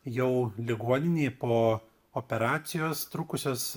jau ligoninėj po operacijos trukusios